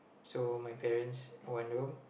so my parents one room